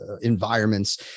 environments